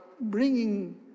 bringing